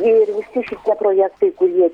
ir visi šitie projektai kurie